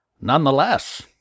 Nonetheless